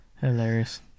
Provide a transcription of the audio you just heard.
hilarious